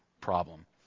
problem